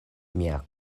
mia